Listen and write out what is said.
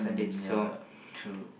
ya true